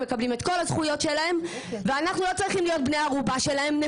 הם מקבלים את כל הזכויות שלהם ואנחנו לא צריכים להיות בני ערובה שלהם.